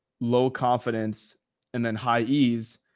low confidence and then high ease.